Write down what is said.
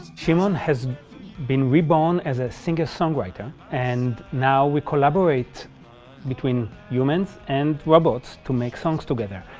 shimon has been reborn as a singer songwriter and now we collaborate between humans and robots to make songs together.